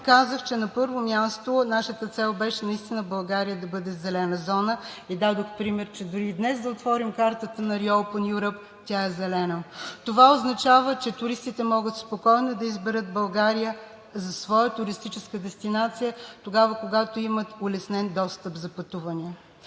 казах, че на първо място нашата цел беше наистина България да бъде зелена зона и дадох пример, че дори и днес да отворим картата на ‎Re-open EU, тя е зелена. Това означава, че туристите могат спокойно да изберат България за своя туристическа дестинация тогава, когато имат улеснен достъп за пътуване.